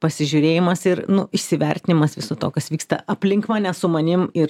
pasižiūrėjimas ir nu įsivertinimas viso to kas vyksta aplink mane su manim ir